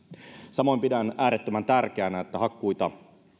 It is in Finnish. samoin pidän äärettömän tärkeänä että hakkuita